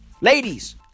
ladies